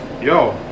Yo